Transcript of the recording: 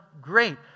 great